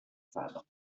fabre